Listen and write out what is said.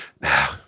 Now